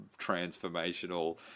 transformational